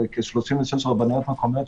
וכ-36 רבנויות מקומיות,